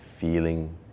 Feeling